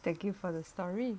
thank you for the story